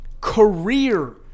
career